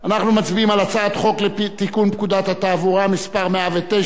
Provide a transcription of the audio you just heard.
אנחנו מצביעים על הצעת חוק לתיקון פקודת התעבורה (מס' 109),